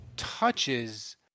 touches